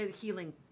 healing